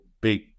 big